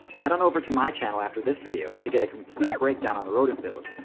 head on over to my channel after this video to get a complete breakdown on the rodent build,